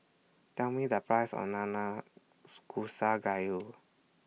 Tell Me The Price of Nanakusa Gayu